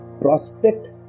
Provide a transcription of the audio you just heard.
prospect